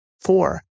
Four